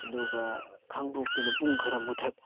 ꯑꯗꯨꯒ ꯈꯥꯡꯉꯕꯣꯛꯇꯅ ꯄꯨꯡ ꯈꯔ ꯃꯨꯊꯠ